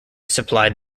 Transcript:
supplied